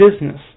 business